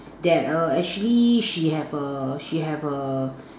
that err actually she have a she have a